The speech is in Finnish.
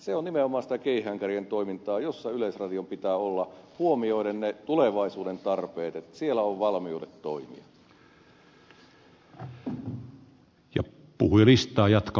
se on nimenomaan sitä keihäänkärjen toimintaa jossa yleisradion pitää olla huomioiden ne tulevaisuuden tarpeet että siellä on valmiudet toimia